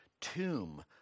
tomb